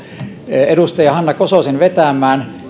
edustaja hanna kososen vetäjäksi